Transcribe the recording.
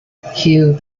hugh